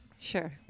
Sure